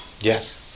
Yes